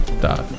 dot